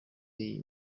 iyi